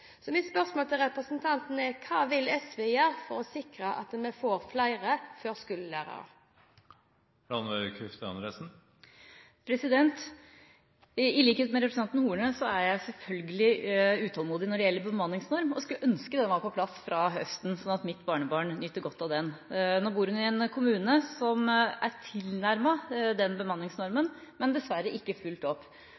Så mitt spørsmål til representanten er: Hva vil SV gjøre for å sikre at vi får flere førskolelærere? I likhet med representanten Horne er jeg selvfølgelig utålmodig når det gjelder bemanningsnormen og skulle ønske den var på plass fra høsten, sånn at mitt barnebarn fikk nyte godt av den. Nå bor hun i en kommune som har tilnærmet bemanning ifølge bemanningsnormen,